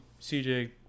cj